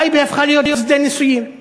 טייבה הפכה להיות שדה ניסויים כושל,